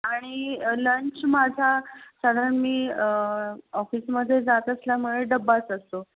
आणि लंच माझा साधारण मी ऑफिसमध्ये जात असल्यामुळे डब्बाच असतो